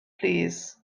plîs